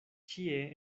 ĉie